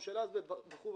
של אזבסט וכו',